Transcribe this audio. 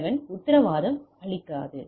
11 உத்தரவாதம் அளிக்காது